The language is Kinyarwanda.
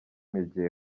yagiye